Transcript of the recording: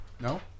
No